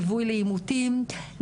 ליווי לעימותים,